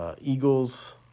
Eagles